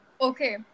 okay